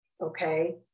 okay